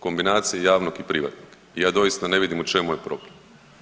Kombinacija javnog i privatnog i ja doista ne vidim u čemu je problem.